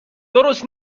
درست